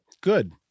good